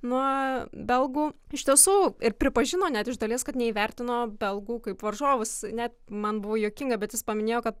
nuo belgų iš tiesų ir pripažino net iš dalies kad neįvertino belgų kaip varžovus net man buvo juokinga bet jis paminėjo kad